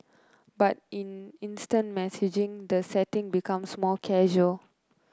but in instant messaging the setting becomes more casual